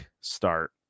start